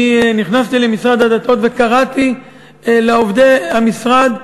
אני נכנסתי למשרד הדתות וקראתי לעובדי המשרד: